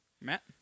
Matt